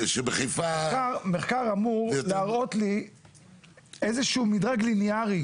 מחקר אמור להראות לי איזה שהוא מדרג ליניארי.